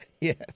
Yes